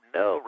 no